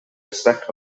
respect